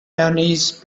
mayonnaise